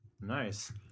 Nice